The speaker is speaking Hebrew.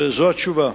וזו התשובה,